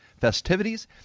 Festivities